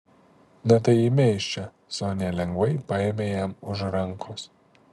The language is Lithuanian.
na tai eime iš čia sonia lengvai paėmė jam už rankos